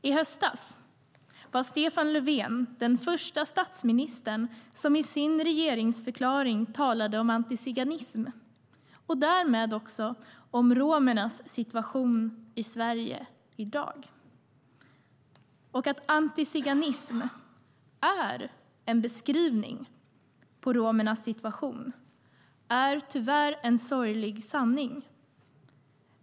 I höstas var Stefan Löfven den första statsministern som i sin regeringsförklaring talade om antiziganism och därmed också om romernas situation i Sverige i dag. Att antiziganism är en beskrivning på romernas situation är tyvärr en sorglig sanning.